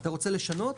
אתה רוצה לשנות?